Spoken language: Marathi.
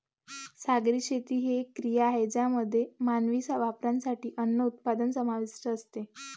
सागरी शेती ही एक क्रिया आहे ज्यामध्ये मानवी वापरासाठी अन्न उत्पादन समाविष्ट असते